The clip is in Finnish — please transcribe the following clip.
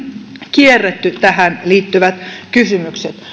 kierretty tähän liittyvät kysymykset